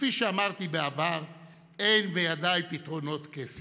כפי שאמרתי בעבר, אין בידיי פתרונות קסם.